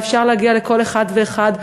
אפשר להגיע לכל אחד ואחד.